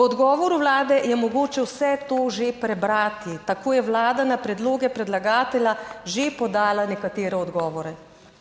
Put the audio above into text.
V odgovoru Vlade je mogoče vse to že prebrati, tako je Vlada na predloge predlagatelja že podala nekatere odgovore.